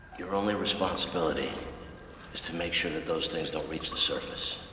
your only responsibility is to make sure that those things don't reach the surface.